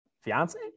fiance